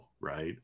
Right